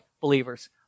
believers